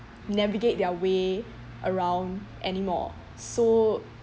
navigate their way around anymore so